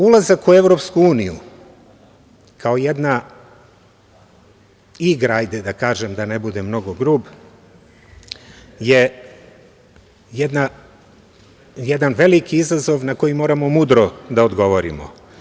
Ulazak u Evropsku uniju je, kao jedna igra, hajde da kažem, da ne budem mnogo grub, jedan veliki izazov na koji moramo mudro da odgovorimo.